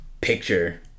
picture